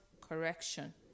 correction